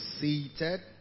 seated